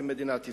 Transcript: מדינת ישראל.